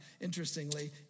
Interestingly